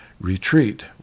Retreat